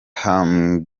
macron